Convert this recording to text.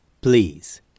Please